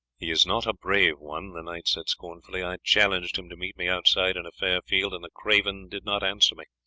he is not a brave one, the knight said scornfully. i challenged him to meet me outside in a fair field, and the craven did not answer me,